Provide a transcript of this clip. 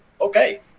okay